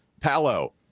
Palo